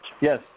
Yes